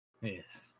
yes